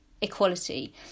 equality